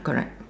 correct